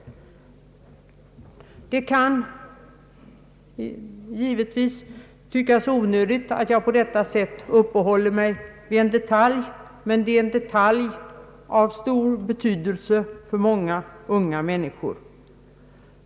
Det kan givetvis tyckas onödigt att jag på detta sätt uppehåller mig vid en detalj, men det är en detalj av stor betydelse för många unga människor.